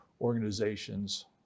organizations